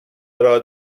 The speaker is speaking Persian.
ارائه